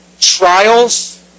trials